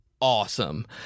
awesome